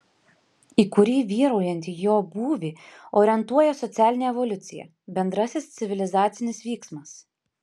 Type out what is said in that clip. į kurį vyraujantį jo būvį orientuoja socialinė evoliucija bendrasis civilizacinis vyksmas